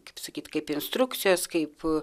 kaip sakyt kaip instrukcijas kaip